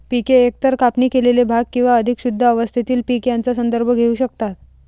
पिके एकतर कापणी केलेले भाग किंवा अधिक शुद्ध अवस्थेतील पीक यांचा संदर्भ घेऊ शकतात